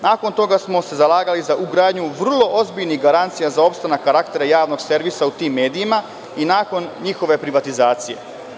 Nakon toga smo se zalagali za ugradnju vrlo ozbiljnih garancija za opstanak karaktera javnog servisa u tim medijima i nakon njihove privatizacije.